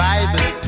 Bible